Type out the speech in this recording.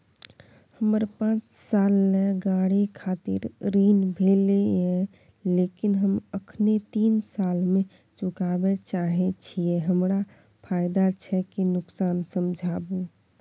हमर पाँच साल ले गाड़ी खातिर ऋण भेल ये लेकिन हम अखने तीन साल में चुकाबे चाहे छियै हमरा फायदा छै की नुकसान समझाबू?